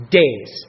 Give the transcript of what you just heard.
days